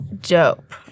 Dope